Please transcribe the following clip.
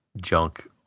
junk